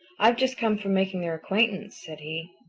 i've just come from making their acquaintance, said he.